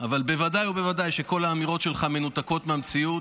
אבל בוודאי ובוודאי שכל האמירות שלך מנותקות מהמציאות.